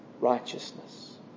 righteousness